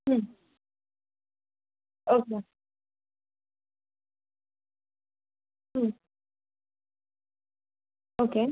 okay okay